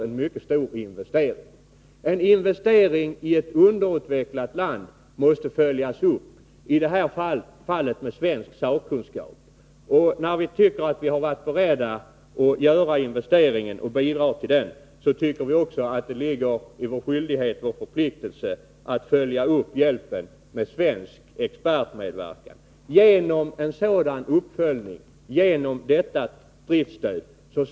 En sådan investering i ett underutvecklat land måste följas upp, i detta fall med svensk sakkunskap. Eftersom vi har gjort denna investering, är det också vår skyldighet att följa upp hjälpen med svensk expertmedverkan och ett driftstöd.